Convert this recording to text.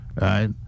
right